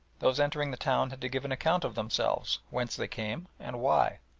those entering the town had to give an account of themselves, whence they came and why.